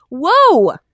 whoa